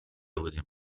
بودیم